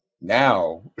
now